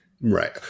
Right